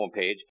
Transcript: homepage